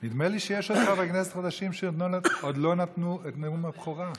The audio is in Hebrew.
נדמה לי שיש חברי כנסת שעוד לא נתנו את נאום הבכורה.